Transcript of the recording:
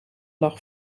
lag